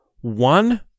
one